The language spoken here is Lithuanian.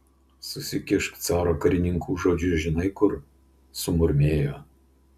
susikišk caro karininkų žodžius žinai kur sumurmėjo